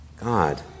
God